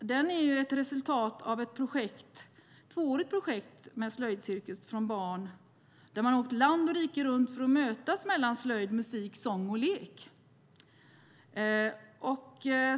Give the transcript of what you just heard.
är ett resultat av ett tvåårigt projekt med slöjdcirkus för barn, där man åkte land och rike runt för att mötas mellan slöjd, musik, sång och lek.